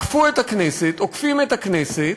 עוקפים את הכנסת,